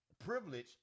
privilege